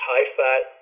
High-fat